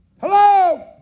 Hello